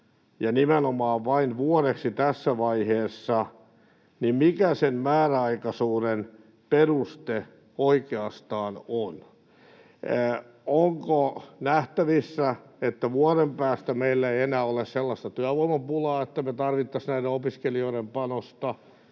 ja nimenomaan vain vuodeksi tässä vaiheessa, niin mikä sen määräaikaisuuden peruste oikeastaan on. Onko nähtävissä, että vuoden päästä meillä ei enää ole sellaista työvoimapulaa, että me tarvittaisiin näiden opiskelijoiden panosta?